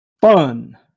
fun